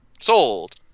Sold